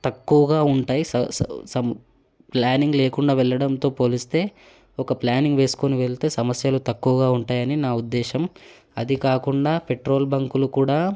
తక్కువగా ఉంటాయి స సమ్ ప్లానింగ్ లేకుండా వెళ్ళడంతో పోలిస్తే ఒక ప్లానింగ్ వేసుకొని వెళ్తే సమస్యలు తక్కువగా ఉంటాయని నా ఉద్దేశం అది కాకుండా పెట్రోల్ బంకులు కూడా